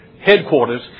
headquarters